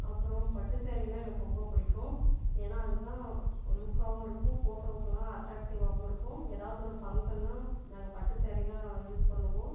அப்புறம் பட்டு சேரீனா எனக்கு ரொம்ப பிடிக்கும் ஏன்னா அதுதான் லுக்காவும் இருக்கும் ஃபோட்டோக்குல்லாம் அட்ராக்டிவாகவும் இருக்கும் எதாவதொரு ஃபங்க்ஷன்னாக நாங்கள் பட்டு சரி தான் யூஸ் பண்ணுவோம்